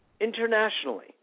internationally